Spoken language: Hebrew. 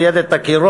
סייד את הקירות,